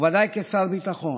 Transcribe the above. ובוודאי כשר ביטחון,